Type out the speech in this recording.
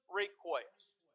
request